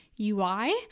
UI